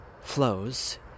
flows